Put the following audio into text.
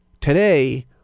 today